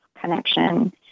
connection